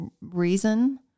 reason